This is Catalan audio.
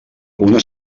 una